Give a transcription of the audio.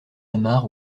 amarres